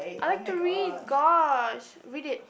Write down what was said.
I like to read gosh read it